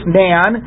man